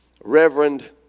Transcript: Reverend